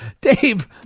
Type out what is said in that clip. Dave